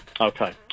Okay